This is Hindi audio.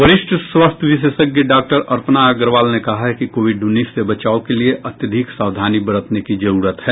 वरिष्ठ स्वास्थ्य विशेषज्ञ डॉक्टर अपर्णा अग्रवाल ने कहा है कि कोविड उन्नीस से बचाव के लिए अत्यधिक सावधानी बरतने की जरूरत है